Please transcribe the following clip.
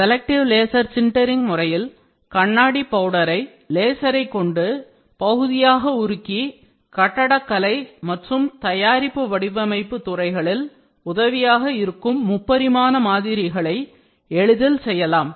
selective laser sintering முறையில் கண்ணாடி பவுடரை லேசரை கொண்டு பகுதியாக உருக்கி கட்டடக்கலை மற்றும் தயாரிப்பு வடிவமைப்பு துறைகளில் உதவியாக இருக்கும் முப்பரிமாண மாதிரிகளை எளிதில் செய்யலாம்